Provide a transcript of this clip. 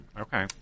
Okay